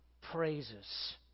praises